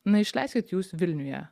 na išleiskit jūs vilniuje